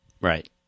Right